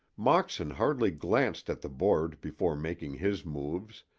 moxon hardly glanced at the board before making his moves,